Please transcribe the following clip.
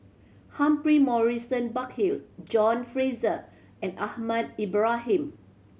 Humphrey Morrison Burkill John Fraser and Ahmad Ibrahim